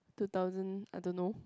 two thousand I don't know